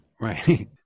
Right